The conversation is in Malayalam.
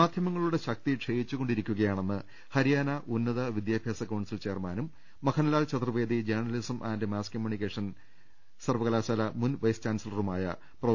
മാധ്യമങ്ങളുടെ ശക്തി ക്ഷയിച്ചുകൊണ്ടിരിക്കുകയാണെന്ന് ഹരിയാന ഉന്നത വിദ്യാഭ്യാസ കൌൺസിൽ ചെയർമാനും Makhanlal Chaturvedi journalism and mass communication മുൻ വൈസ് ചാൻസലറുമായ പ്രൊഫ